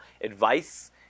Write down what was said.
advice